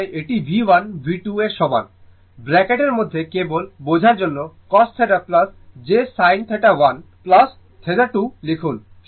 তার মানে এটি V1 V2 এর সমান ব্রাকেটের মধ্যে কেবল বোঝার জন্য cos θ j sin θ1 θ2 লিখুন